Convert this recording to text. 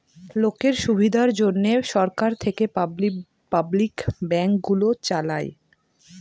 লোকের সুবিধার জন্যে সরকার থেকে পাবলিক ব্যাঙ্ক গুলো চালায়